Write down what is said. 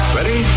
Ready